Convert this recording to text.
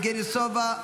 יבגני סובה,